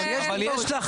יש לך